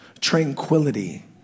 tranquility